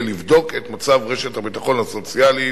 לבדוק את מצב רשת הביטחון הסוציאלית,